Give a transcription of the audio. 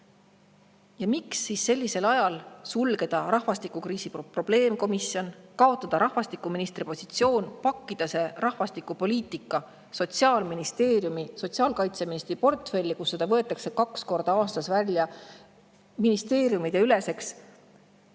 Ja miks siis sellisel ajal [lõpetada] rahvastikukriisi probleemkomisjoni [töö], kaotada rahvastikuministri positsioon, pakkida rahvastikupoliitika Sotsiaalministeeriumi ja sotsiaalkaitseministri portfelli, kust seda võetakse kaks korda aastas välja, [kui tuleb